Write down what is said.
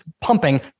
pumping